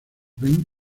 ven